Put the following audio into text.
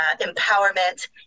empowerment